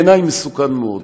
בעיניי זה מסוכן מאוד,